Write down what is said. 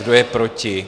Kdo je proti?